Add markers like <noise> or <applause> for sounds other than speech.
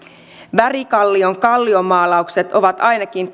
värikallion kalliomaalaukset ovat ainakin <unintelligible>